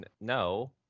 No